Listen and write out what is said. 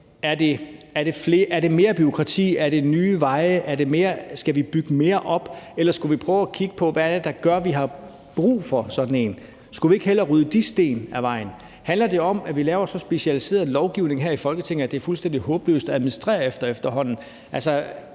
om mere bureaukrati? Er det nye veje? Skal vi bygge mere op? Eller skulle vi prøve at kigge på, hvad det er, der gør, at vi har brug for sådan en? Skulle vi ikke hellere rydde de sten af vejen? Handler det om, at vi laver så specialiseret en lovgivning her i Folketinget, at den efterhånden er fuldstændig håbløs at administrere efter?